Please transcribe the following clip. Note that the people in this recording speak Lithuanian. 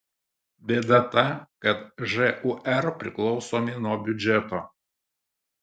bėda ta kad žūr priklausomi nuo biudžeto